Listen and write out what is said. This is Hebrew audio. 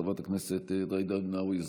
חברת הכנסת ג'ידא רינאוי זועבי,